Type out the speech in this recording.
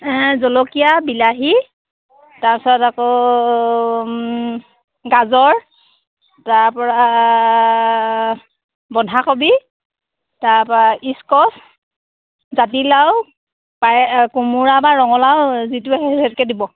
জলকীয়া বিলাহী তাৰছত আকৌ গাজৰ তাৰপৰা বন্ধাকবি তাৰপা ইস্কছ জাতিলাউ কোমোৰা বা ৰঙালাউ যিটো হয় সেইটোকে দিব